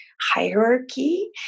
Hierarchy